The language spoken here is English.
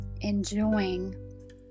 enjoying